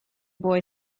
boy